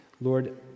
Lord